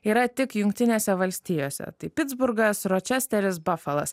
yra tik jungtinėse valstijose tai pitsburgas ročesteris bafalas